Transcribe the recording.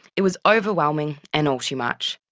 it was overwhelming and all too much.